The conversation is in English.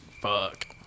Fuck